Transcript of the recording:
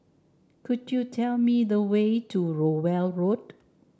could you tell me the way to Rowell Road